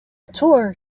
tour